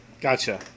Gotcha